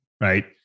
Right